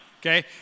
okay